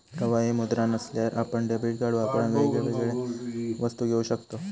प्रवाही मुद्रा नसल्यार आपण डेबीट कार्ड वापरान वेगवेगळ्या वस्तू घेऊ शकताव